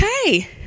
okay